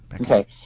Okay